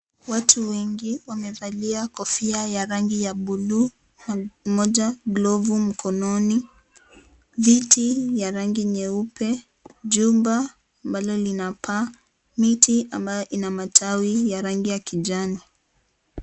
Watu wengi wamevalia kofia ya rangi ya blue mmoja glovu mkononi, viti ya rangi nyeupe, jumba ambalo lina paa, miti ambayo ina matawi ya rangi ya kijani.